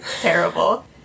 terrible